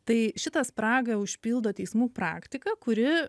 tai šitą spragą užpildo teismų praktika kuri